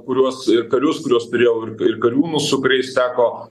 kuriuos karius kuriuos turėjau ir ir kariūnus su kuriais teko